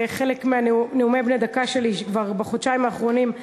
זה חלק מהנאומים בני דקה שלי כבר בחודשיים האחרונים,